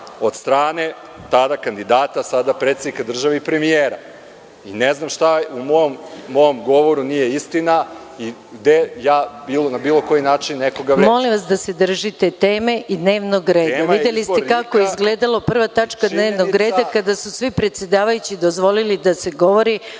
od strane, tada kandidata, sada predsednika države i premijera. Ne znam šta u mom govoru nije istina i gde ja na bilo koji način nekoga vređam. **Maja Gojković** Molim vas da se držite teme dnevnog reda. Videli ste kako je izgledala prva tačka dnevnog reda kada su svi predsedavajući dozvolili da se govori